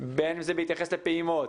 בין אם זה בהתייחס לפעימות,